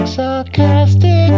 sarcastic